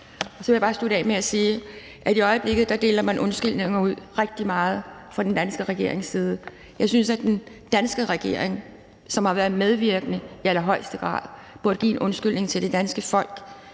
så vil jeg bare slutte af med at sige, at i øjeblikket deler man rigtig meget undskyldninger ud fra den danske regerings side. Jeg synes, at den danske regering, som i allerhøjeste grad har været medvirkende, burde give en undskyldning til det danske folk